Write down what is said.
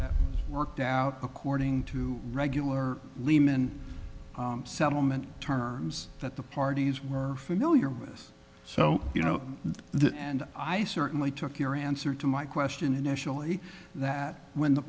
settlement worked out according to regular lehman settlement terms that the parties were familiar with so you know the and i certainly took your answer to my question initially that when the